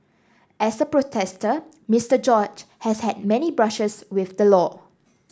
as a protester Mister George has had many brushes with the law